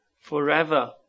forever